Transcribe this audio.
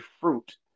fruit